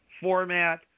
format